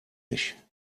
nicht